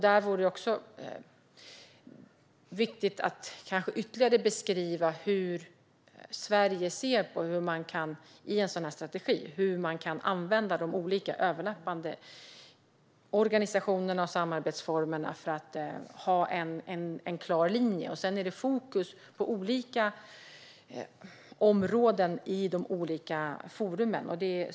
Det vore viktigt att ytterligare beskriva Sveriges syn på hur man i en sådan här strategi kan använda de olika överlappande organisationerna och samarbetsformerna för att ha en klar linje. Sedan är det fokus på olika områden i de olika forumen.